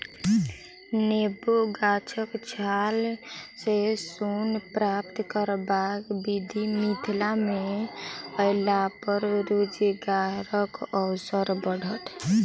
नेबो गाछक छाल सॅ सोन प्राप्त करबाक विधि मिथिला मे अयलापर रोजगारक अवसर बढ़त